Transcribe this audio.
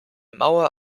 mauer